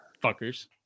fuckers